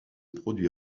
produit